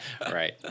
Right